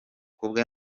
kubwe